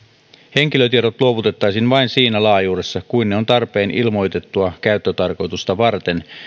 henkilötiedot luovutettaisiin vain siinä laajuudessa kuin on tarpeen ilmoitettua käyttötarkoitusta varten